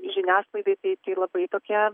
žiniasklaidai tai tai labai tokie